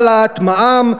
העלאת מע"מ,